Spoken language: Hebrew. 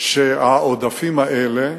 שהעודפים האלה